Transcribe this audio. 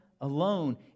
alone